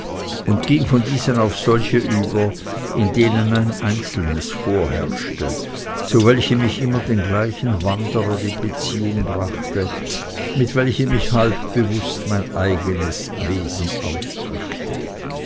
und ging von diesen auf solche über in denen ein einzelnes vorherrschte zu welchem ich immer den gleichen wanderer in beziehung brachte mit welchem ich halb bewußt mein eigenes wesen ausdrückte